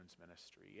ministry